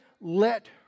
let